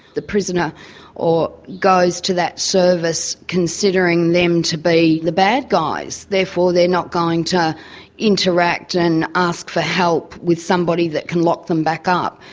the prisoner goes to that service considering them to be the bad guys, therefore they're not going to interact and ask for help with somebody that can lock them back up,